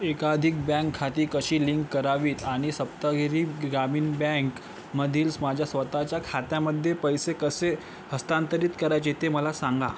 एकादीक bank खाती कशी link करावीत आणि सप्तगिरी ग्रामीण बँकमधील माझ्या स्वतःच्या खात्यामध्ये पैसे कसे हस्तांतरित करायचे ते मला सांगा